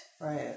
Right